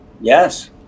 yes